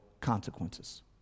consequences